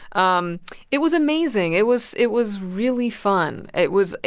um it was amazing. it was it was really fun. it was,